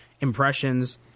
impressions